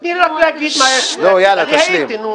אני הייתי.